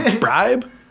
Bribe